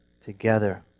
together